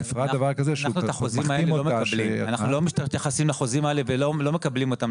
אנחנו לא מתייחסים לחוזים האלה ולא מקבלים אותם,